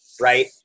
right